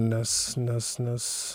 nes nes nes